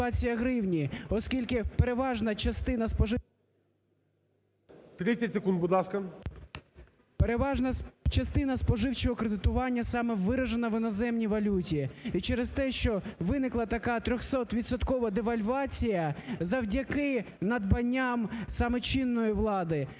О.В. Переважна частина споживчого кредитування саме виражена в іноземній валюті і через те, що виникла така 300-відсоткова девальвація завдяки надбанням саме чинної влади,